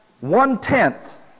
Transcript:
one-tenth